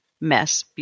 mess